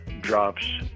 drops